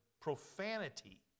profanity